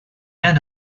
end